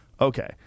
Okay